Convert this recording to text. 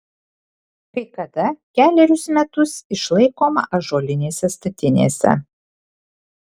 kai kada kelerius metus išlaikoma ąžuolinėse statinėse